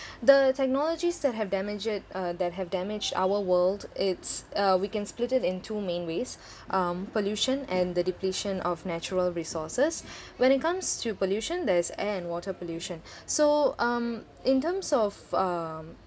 the technologies that have damage it uh that have damaged our world it's uh we can split it in two main ways um pollution and the depletion of natural resources when it comes to pollution there's air and water pollution so um in terms of um